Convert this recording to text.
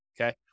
okay